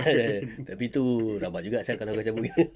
tapi tu rabak juga sia kalau dia cabut